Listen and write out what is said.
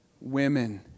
women